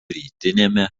rytiniame